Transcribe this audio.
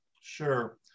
Sure